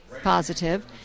positive